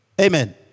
Amen